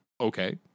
Okay